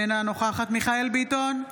אינה נוכחת מיכאל ביטון,